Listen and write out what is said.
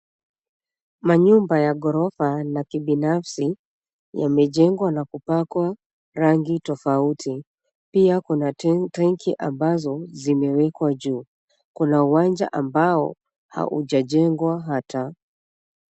Manyumba ya ghorofa na kibinafsi yamejengwa na kupakwa rangi tofauti. Pia kuna tenki ambazo zimewekwa juu. Kuna uwanja ambao haujajengwa hata.